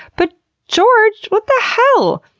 but george, what the hell?